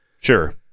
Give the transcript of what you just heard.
Sure